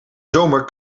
zomer